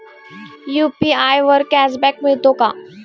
UPI वर cashback मिळतो का?